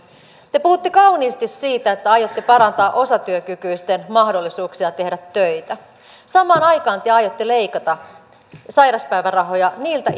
te puhutte kauniisti siitä että aiotte parantaa osatyökykyisten mahdollisuuksia tehdä töitä samaan aikaan te aiotte leikata sairauspäivärahoja niiltä